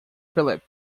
philip